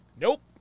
Nope